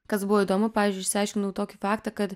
kas buvo įdomu pavyzdžiui išsiaiškinau tokį faktą kad